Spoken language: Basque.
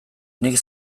nik